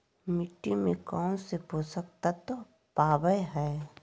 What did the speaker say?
मिट्टी में कौन से पोषक तत्व पावय हैय?